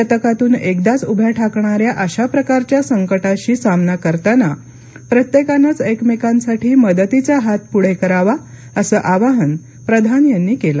शतकातून एकदाच उभ्या ठाकणाऱ्या अशा प्रकराच्या संकटाशी सामना करताना प्रत्येकानंच एकमेकांसाठी मदतीचा हात पुढे करावा असं आवाहन प्रधान यांनी केलं